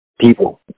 people